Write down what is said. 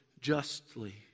justly